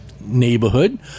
neighborhood